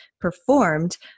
performed